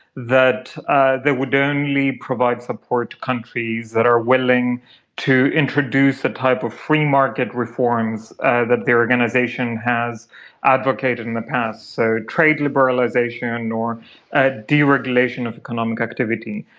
that ah they would only provide support to countries that are willing to introduce a type of free-market reforms that the organisation has advocated in the past, so trade liberalisation or ah deregulation of economic activity.